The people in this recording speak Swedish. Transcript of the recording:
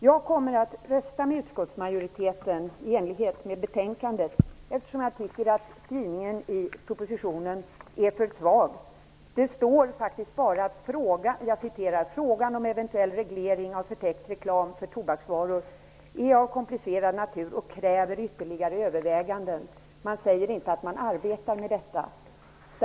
Jag kommer att rösta med utskottsmajoriteten i enlighet med hemställan i betänkandet, eftersom jag anser att skrivningen i propositionen är för svag. Där står bara att ''frågan om eventuell reglering av förtäckt reklam för tobaksvaror är av komplicerad natur och kräver ytterligare överväganden''. Man säger alltså ingenting om att man arbetar med detta.